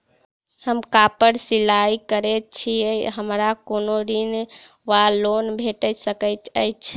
हम कापड़ सिलाई करै छीयै हमरा कोनो ऋण वा लोन भेट सकैत अछि?